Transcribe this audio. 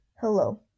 Hello